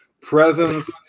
presence